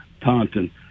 Taunton